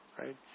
Right